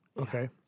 okay